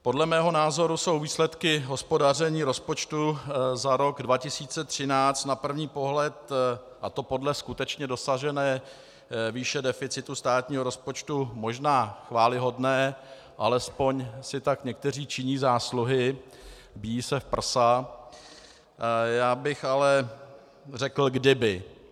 Podle mého názoru jsou výsledky hospodaření rozpočtu za rok 2013 na první pohled, a to podle skutečně dosažené výše deficitu státního rozpočtu, možná chvályhodné, alespoň si tak někteří činí zásluhy, bijí se v prsa já bych ale řekl kdyby.